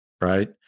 right